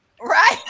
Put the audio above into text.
Right